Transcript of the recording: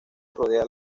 rodea